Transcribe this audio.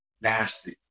nasty